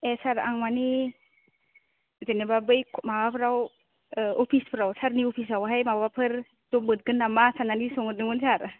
ए sir आं मानि जेनोबा बै माबाफ्राव अफिसफ्राव सारनि अफिसाव हाय माबाफोर जब मोनगोन नामा साननानै सोंहरदोंमोन सार